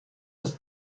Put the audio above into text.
ist